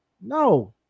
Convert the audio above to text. No